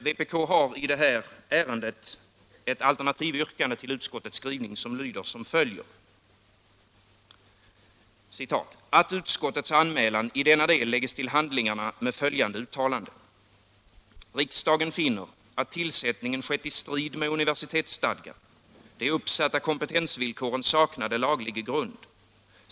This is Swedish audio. Vpk har i det här ärendet ett alternativyrkande till utskottets skrivning, som lyder som följer: ”att utskottets anmälan i denna del lägges till handlingarna med följande uttalande: Riksdagen finner att tillsättningen skett i strid med universitetsstadgan. De uppsatta kompetensvillkoren saknade laglig grund.